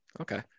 Okay